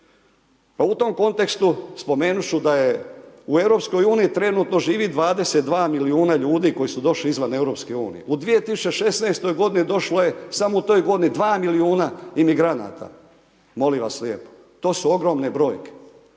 Pa u tom kontekstu, spomenuti ću da je u EU trenutno živi 22 milijuna ljudi, koji su došli izvan EU. U 2016. g. došlo je samo u toj godini 2 milijuna imigranata. Molim vas lijepo, to su ogromne brojke.